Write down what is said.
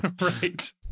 right